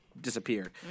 disappeared